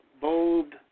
bold